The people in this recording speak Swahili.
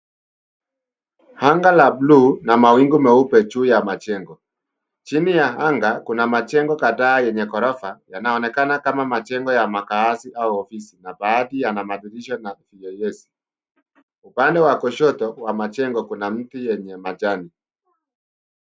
Anga la buluu na mawingu meupe juu ya majengo. Chini ya anga kuna majengo kadhaa yenye ghorofa yanaonekana kama majengo ya makaazi au ofisi na baadhi yana madirisha na kiyoyezi. Upande wa kushoto wa majengo kuna mti yenye majani.